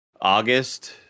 August